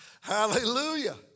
Hallelujah